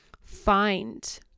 find